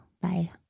bye